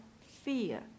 fear